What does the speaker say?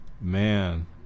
Man